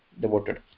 devoted